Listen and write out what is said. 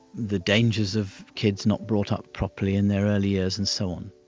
the dangers of kids not brought up properly in their early years and so on,